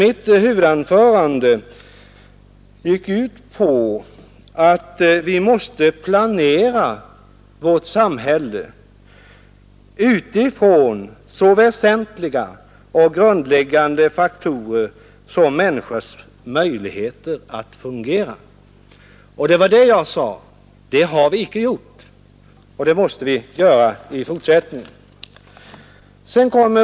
Mitt huvudanförande gick ut på att vi måste planera vårt samhälle utifrån så väsentliga och grundläggande faktorer som människors möjligheter att fungera. Jag sade att det har vi inte gjort, och det måste vi göra i fortsättningen.